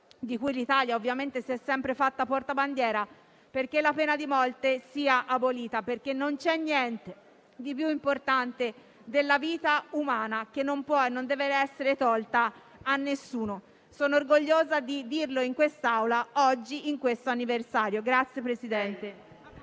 di cui l'Italia ovviamente si è sempre fatta portabandiera, affinché la pena di morte sia abolita. Non vi è niente di più importante, infatti, della vita umana, che non può e non deve essere tolta a nessuno. Sono orgogliosa di dirlo in quest'Aula oggi, in occasione di questo anniversario.